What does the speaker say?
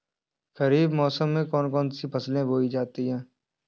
खरीफ मौसम में कौन कौन सी फसलें बोई जाती हैं?